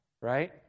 right